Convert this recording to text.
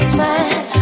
Smile